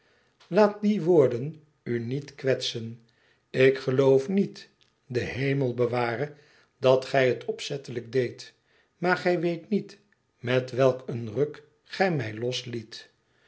laat die woorden u niet kwetsen ik geloof niet de hemel beware dat gij het opzettelijk deedt maar gij weet niet met welk een ruk gij mij losliet